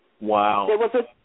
Wow